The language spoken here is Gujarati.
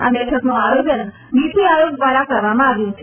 આ બેઠકનું આયોજન નીતી આયોગ દ્વારા કરવામાં આવ્યું છે